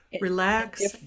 Relax